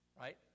right